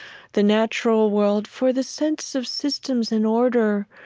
the natural world. for the sense of systems in order